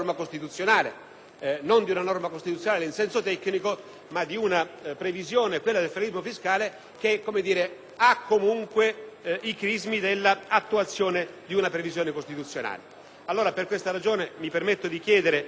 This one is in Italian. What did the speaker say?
non una norma costituzionale in senso tecnico, ma la previsione del federalismo fiscale ha i crismi dell'attuazione di una previsione costituzionale.